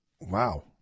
Wow